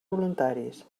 voluntaris